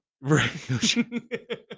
right